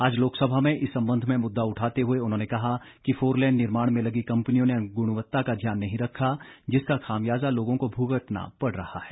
आज लोकसभा में इस संबंध में मुददा उठाते हुए उन्होंने कहा कि फोरलेन निर्माण में लगी कम्पनियों ने ग्णवत्ता का ध्यान नहीं रखा जिसका खामियाजा लोगों को भुगतना पड़ रहा है